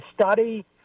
study